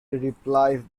replies